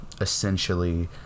essentially